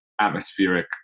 atmospheric